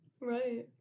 Right